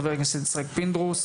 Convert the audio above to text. חבר הכנסת יצחק פינדרוס,